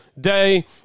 day